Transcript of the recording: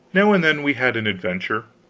now and then we had an adventure.